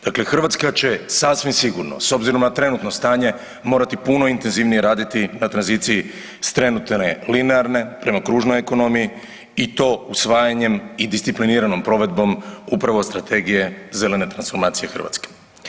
Dakle Hrvatska će sasvim sigurno s obzirom na trenutno stanje morati puno intenzivnije raditi na tranziciji s trenutne linearne prema kružnoj ekonomiji i to usvajanjem i discipliniranom provedbom upravo Strategije zelene transformacije Hrvatske.